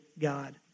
God